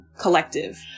collective